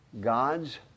God's